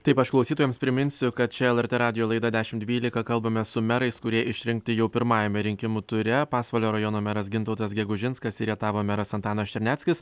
taip aš klausytojams priminsiu kad čia lrt radijo laida dešimt dvylika kalbame su merais kurie išrinkti jau pirmajame rinkimų ture pasvalio rajono meras gintautas gegužinskas ir rietavo meras antanas černeckis